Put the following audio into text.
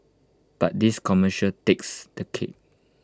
but this commercial takes the cake